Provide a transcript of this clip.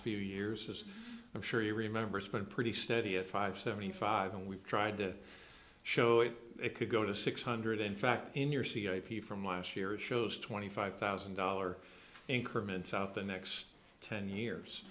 few years as i'm sure you remember spent pretty steady at five seventy five and we've tried to show it it could go to six hundred in fact in your c a p from last year it shows twenty five thousand dollar increment out the next ten years